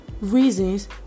reasons